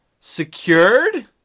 secured